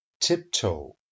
Tiptoe